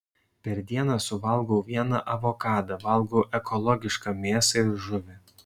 per dieną suvalgau vieną avokadą valgau ekologišką mėsą ir žuvį